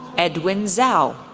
edwin zhao,